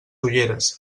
ulleres